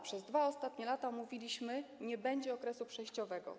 Przez ostatnie 2 lata mówiliśmy: nie będzie okresu przejściowego.